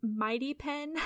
MightyPen